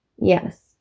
yes